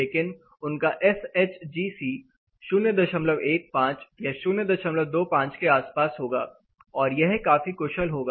लेकिन उनका एसएचजीसी 015 या 025 के आस पास होगा और यह काफी कुशल होगा